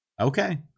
Okay